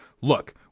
Look